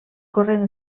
corrent